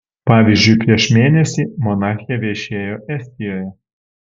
pavyzdžiui prieš mėnesį monarchė viešėjo estijoje